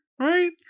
right